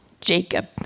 Jacob